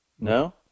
no